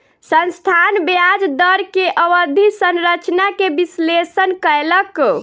संस्थान ब्याज दर के अवधि संरचना के विश्लेषण कयलक